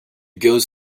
goes